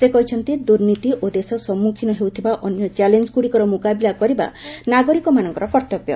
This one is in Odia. ସେ କହିଛନ୍ତି ଦୁର୍ନୀତି ଓ ଦେଶ ସମ୍ମୁଖୀନ ହେଉଥିବା ଅନ୍ୟ ଚାଲେଞ୍ଜଗୁଡିକର ମୁକାବିଲା କରିବା ନାଗରିକମାନଙ୍କର କର୍ତ୍ତବ୍ୟ